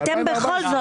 ואתם בכל זאת.